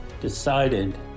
decided